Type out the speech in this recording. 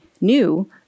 new